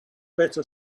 better